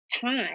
time